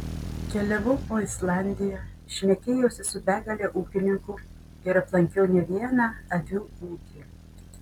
keliavau po islandiją šnekėjausi su begale ūkininkų ir aplankiau ne vieną avių ūkį